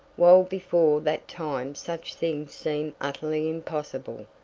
while before that time such things seem utterly impossible.